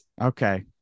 Okay